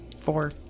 four